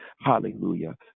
Hallelujah